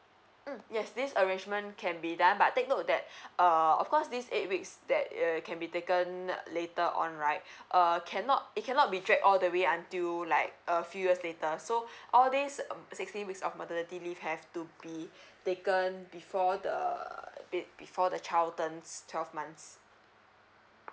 mm yes this arrangement can be done but take note that uh of course this eight weeks that err can be taken later on right err cannot it cannot be dragged all the way until like a few years later so all these um sixteen weeks of maternity leave have to be taken before the be~ before the child turns twelve months